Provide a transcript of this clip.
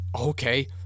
okay